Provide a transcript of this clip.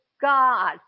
God